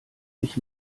nicht